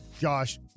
Josh